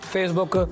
Facebook